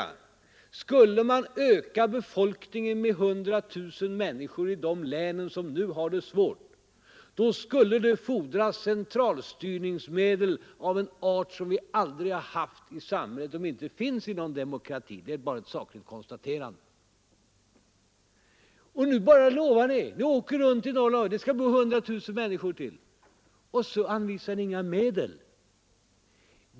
Om vi skulle öka befolkningen med 100 000 människor i de län som nu har det svårt, så skulle det fordras centralstyrningsmedel av en art som aldrig funnits i vårt samhället och som inte finns i någon demokrati. Det är bara ett sakligt konstaterande. Nu åker ni runt i Norrland och lovar att här skall det bo 100 000 människor till men ni anvisar inga medel.